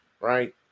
Right